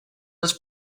els